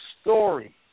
story